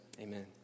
Amen